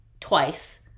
twice